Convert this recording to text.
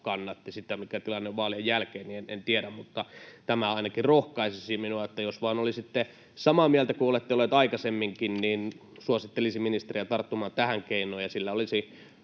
kannatti — sitä, mikä tilanne vaalien jälkeen on, en tiedä, mutta tämä ainakin rohkaisisi minua. Eli jos vaan olisitte samaa mieltä kuin olette olleet aikaisemminkin, niin suosittelisin ministeriä tarttumaan tähän keinoon. Sillä olisi